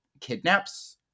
kidnaps